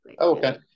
okay